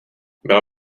byla